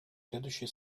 следующие